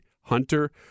Hunter